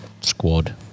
squad